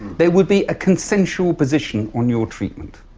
there would be a consensual position on your treatment,